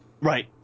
Right